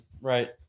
right